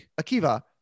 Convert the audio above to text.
Akiva